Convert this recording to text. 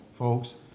folks